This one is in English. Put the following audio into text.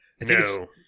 No